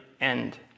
end